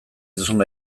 duzuna